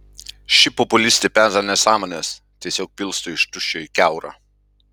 ši populistė peza nesąmones tiesiog pilsto iš tuščio į kiaurą